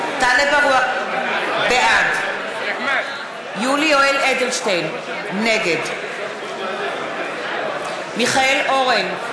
בעד יולי יואל אדלשטיין, נגד מיכאל אורן,